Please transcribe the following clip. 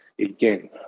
again